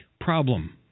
problem